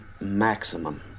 maximum